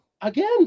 Again